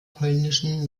polnischen